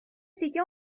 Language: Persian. دیگه